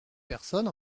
personnes